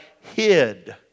hid